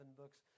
books